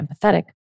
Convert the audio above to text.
empathetic